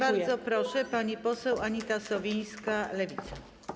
Bardzo proszę, pani poseł Anita Sowińska, Lewica.